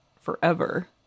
forever